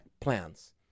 plans